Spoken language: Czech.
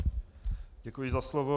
Děkuji za slovo.